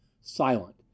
silent